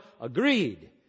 Agreed